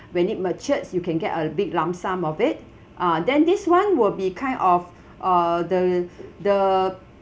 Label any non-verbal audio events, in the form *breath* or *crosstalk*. when it matures you can get a big lump sum of it ah then this one will be kind of uh the *breath* the